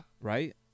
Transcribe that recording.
Right